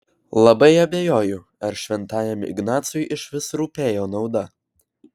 labai abejoju ar šventajam ignacui išvis rūpėjo nauda